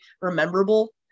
rememberable